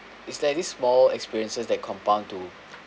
is like this small experiences that compound to